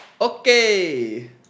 Okay